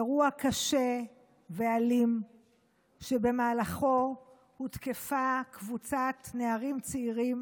אירוע קשה ואלים שבמהלכו הותקפה קבוצת נערים צעירים